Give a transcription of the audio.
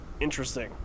interesting